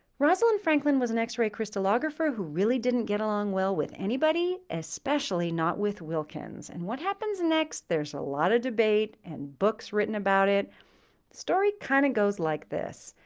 rosalind franklin was an x-ray crystallographer who really didn't get along well with anybody, especially not with wilkins, and what happens next, there's a lot of debate and books written about it. the story kind of goes like this.